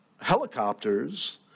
helicopters